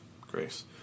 Grace